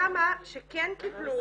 כמה שכן קיבלו,